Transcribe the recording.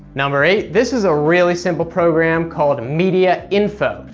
number eight, this is a really simple program called media info,